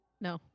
No